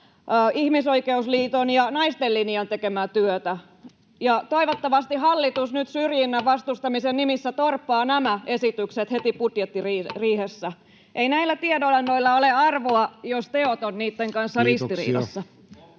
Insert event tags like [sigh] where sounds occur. Ihmisoikeusliiton ja Naisten Linjan tekemää työtä. [noise] Toivottavasti hallitus nyt syrjinnän vastustamisen nimissä torppaa nämä esitykset heti budjettiriihessä. Ei näillä tiedonannoilla ole arvoa, jos teot ovat niitten kanssa ristiriidassa. Kiitoksia.